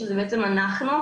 שזה בעצם אנחנו,